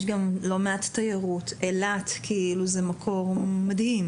יש גם לא מעט תיירות אילת זה מקום מדהים.